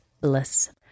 bliss